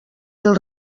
els